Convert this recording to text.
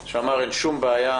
שאמר: אין שום בעיה,